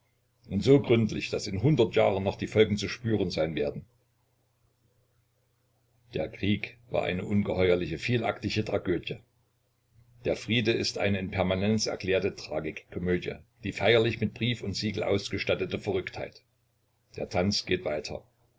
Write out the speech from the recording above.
und so gründlich daß in hundert jahren noch die folgen zu spüren sein werden der krieg war eine ungeheuerliche vielaktige tragödie der friede ist eine in permanenz erklärte tragikomödie die feierlich mit brief und siegel ausgestattete verrücktheit der tanz geht weiter